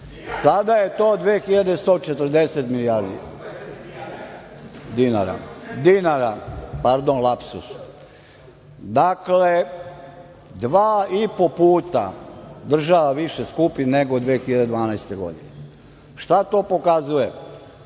Sada je to 2.140 milijardi dinara. Dakle, dva i po puta država više skupi nego 2012. godine. Šta to pokazuje?